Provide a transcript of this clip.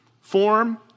Form